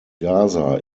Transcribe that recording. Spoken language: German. gaza